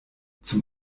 zum